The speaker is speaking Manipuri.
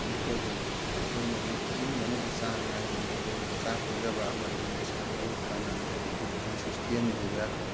ꯃꯈꯣꯏꯕꯨ ꯃꯈꯣꯏꯅ ꯅꯨꯃꯤꯠ ꯈꯨꯗꯤꯡꯒꯤ ꯑꯃꯗꯤ ꯆꯥꯡ ꯅꯥꯏꯅ ꯃꯈꯣꯏꯕꯨ ꯆꯥꯛ ꯄꯤꯖꯕ ꯑꯃꯗꯤ ꯃꯁꯥ ꯃꯎ ꯐꯅ ꯃꯣꯏꯒꯤ ꯏꯗꯨꯀꯦꯁꯟ ꯁꯤꯁꯇꯦꯝꯁꯤꯗ